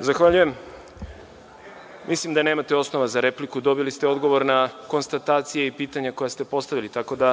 Replika.)Mislim da nemate osnova za repliku, dobili ste odgovor na konstatacije i pitanja koje ste postavili, tako da